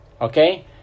okay